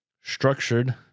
structured